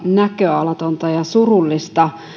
näköalatonta ja surullista